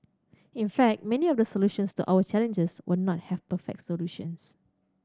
in fact many of the solutions to our challenges will not have perfect solutions